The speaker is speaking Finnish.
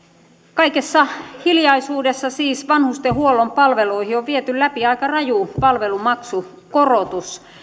kaikessa hiljaisuudessa siis vanhustenhuollon palveluihin on viety läpi aika raju palvelumaksukorotus